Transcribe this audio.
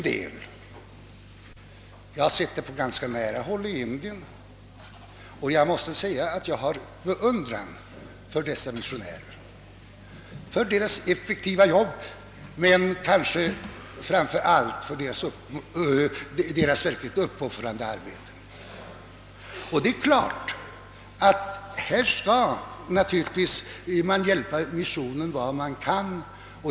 Jag har sett det på mycket nära håll i Indien, och jag måste säga att jag hyser beundran för dessa missionärer och för deras effektiva verksamhet men kanske framför allt för deras verkliga uppoffringar i arbetet. Natur ligtvis skall man hjälpa missionen där mån kan.